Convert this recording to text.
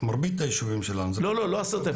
מרבית היישובים שלנו --- לא 10,000,